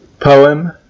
Poem